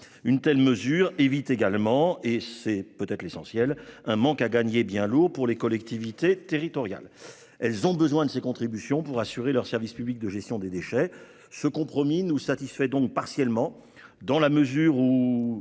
Une telle mesure évite également- c'est peut-être l'essentiel -un manque à gagner bien lourd pour les collectivités territoriales. Elles ont besoin de ces contributions pour assurer leur service public de gestion des déchets. Ce compromis nous satisfait donc partiellement, dans la mesure où